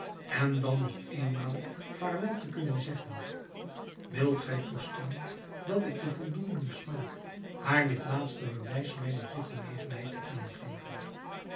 en dan nog eenmaal vaarwel te kunnen zeggen wilt gij toestaan dat ik de voldoening smaak haar dit laatste bewijs mijner toegenegenheid te kunnen geven